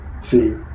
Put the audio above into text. See